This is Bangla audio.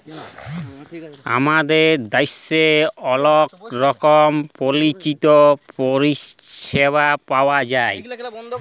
আমাদের দ্যাশের অলেক রকমের পলিচি পরিছেবা পাউয়া যায়